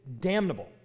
damnable